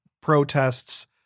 protests